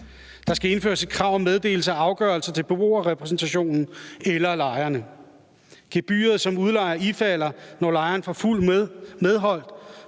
Der skal indføres et krav om meddelelse af afgørelser til beboerrepræsentationen eller lejerne. Gebyret, som udlejer ifalder, når lejeren får fuld medhold,